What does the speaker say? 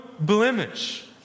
blemish